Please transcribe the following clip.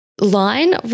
line